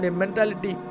mentality